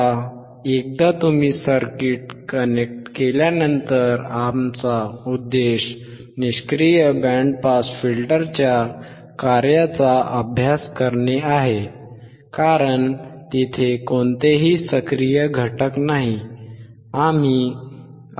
आता एकदा तुम्ही सर्किट कनेक्ट केल्यानंतर आमचा उद्देश निष्क्रिय बँड पास फिल्टरच्या कार्याचा अभ्यास करणे आहे कारण तेथे कोणतेही सक्रिय घटक नाहीत